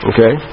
Okay